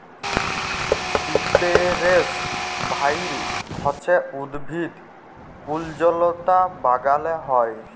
সিপেরেস ভাইল হছে উদ্ভিদ কুল্জলতা বাগালে হ্যয়